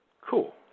Cool